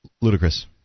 Ludicrous